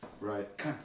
Right